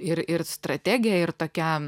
ir ir strategė ir tokia